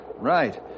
Right